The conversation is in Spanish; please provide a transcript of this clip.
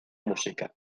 música